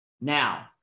Now